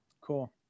Cool